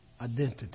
Identity